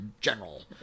general